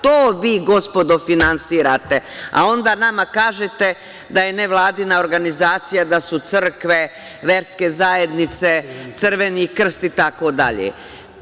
To vi, gospodo, finansirate, a onda nama kažete da je nevladina organizacija crkve, verske zajednice, Crveni krst i tako dalje.